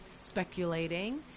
speculating